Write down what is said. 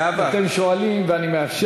אתם שואלים, ואני מאפשר.